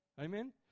amen